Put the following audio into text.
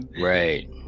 Right